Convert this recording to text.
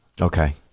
okay